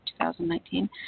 2019